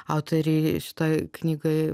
autoriai šitoj knygoj